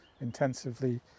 intensively